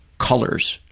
colors,